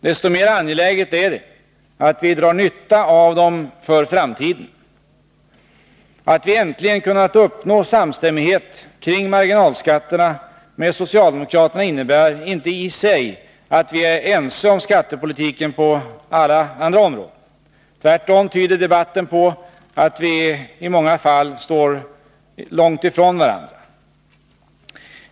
Desto mer angeläget är det att vi drar nytta av dem för framtiden. Att vi äntligen kunnat uppnå samstämmighet kring marginalskatterna med socialdemokraterna innebär inte i sig att vi är ense om skattepolitiken på andra områden. Tvärtom tyder debatten på att vi i många fall står långt från varandra.